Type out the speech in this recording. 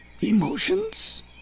emotions